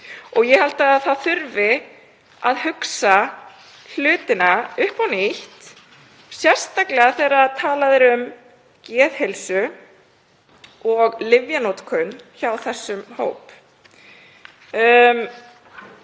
Ég held að það þurfi að hugsa hlutina upp á nýtt, sérstaklega hvað varðar geðheilsu og lyfjanotkun hjá þessum hóp.